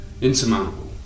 insurmountable